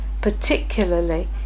particularly